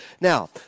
Now